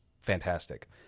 fantastic